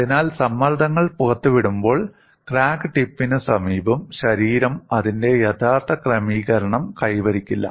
അതിനാൽ സമ്മർദ്ദങ്ങൾ പുറത്തുവിടുമ്പോൾ ക്രാക്ക് ടിപ്പിന് സമീപം ശരീരം അതിന്റെ യഥാർത്ഥ ക്രമീകരണം കൈവരിക്കില്ല